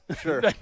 sure